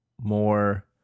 more